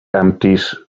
empties